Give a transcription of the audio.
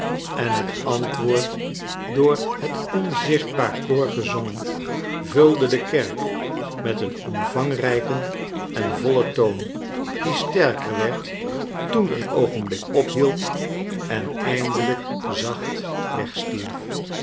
en het antwoord door het onzichtbaar koor gezongen vulde de kerk met een omvangrijken en vollen toon die sterker werd toen een oogenblik ophield en eindelijk zacht